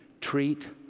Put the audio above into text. treat